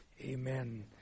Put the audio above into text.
Amen